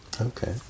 Okay